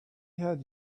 had